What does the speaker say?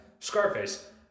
Scarface